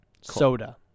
Soda